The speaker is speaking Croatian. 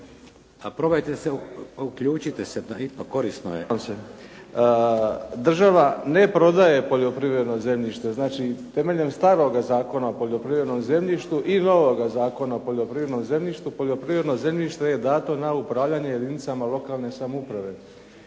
/Govornik nije uključen./ ... država ne prodaje poljoprivredno zemljište. Znači temeljem staroga Zakona o poljoprivrednom zemljištu i novoga Zakona o poljoprivrednom zemljištu, poljoprivredno zemljište je dato na upravljanje jedinicama lokalne samouprave.